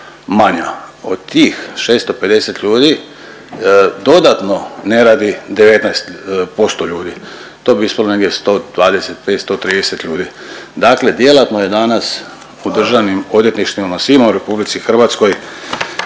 Od tih 650 ljudi dodatno ne radi 19% ljudi. To bi spomenio 120, 130 ljudi. Dakle, djelatno je danas u državnim odvjetništvima svima u RH oko